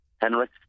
Henrik